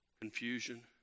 confusion